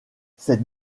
ces